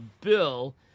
bill